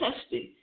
testing